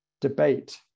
debate